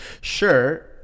Sure